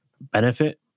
benefit